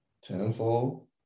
Tenfold